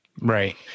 Right